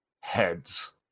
heads